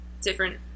different